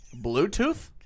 Bluetooth